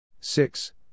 six